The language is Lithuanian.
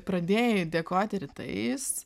pradėjai dėkoti rytais